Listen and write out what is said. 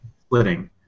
splitting